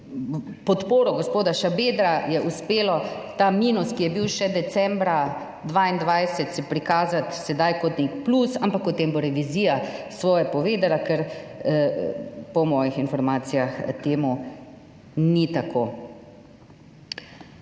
podporo gospoda Šabedra je uspelo ta minus, ki je bil še decembra 2022, se prikazati sedaj kot nek plus, ampak o tem bo revizija svoje povedala, ker po mojih informacijah temu ni tako.